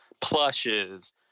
plushes